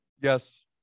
Yes